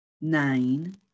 Nine